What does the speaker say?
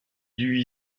lui